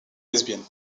lesbienne